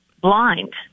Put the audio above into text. blind